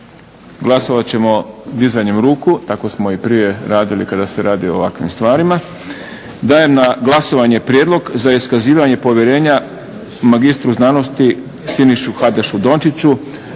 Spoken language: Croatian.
Glasovat ćemo dizanjem ruku. Tako smo prije radili kada se radi o ovakvim stvarima. Dajem na glasovanje Prijedlog o za iskazivanje povjerenja mr.sc. Siniši Hajdašu Dončiću